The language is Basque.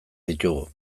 ditugu